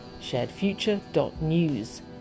SharedFuture.news